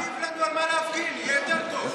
תכתיב לנו על מה להפגין, יהיה יותר טוב.